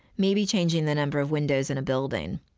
maybe changing the number of windows in a building.